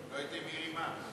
לא הייתם מעירים מה?